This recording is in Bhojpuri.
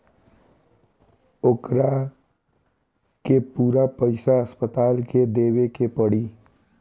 ओकरा के पूरा पईसा अस्पताल के देवे के पड़ी